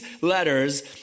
letters